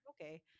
okay